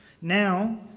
Now